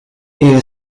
era